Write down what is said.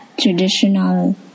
traditional